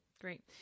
great